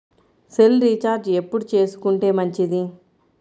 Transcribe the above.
Cell recharge ఎప్పుడు చేసుకొంటే మంచిది?